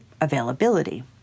availability